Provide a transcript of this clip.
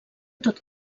tot